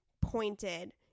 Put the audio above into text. pointed